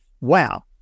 wow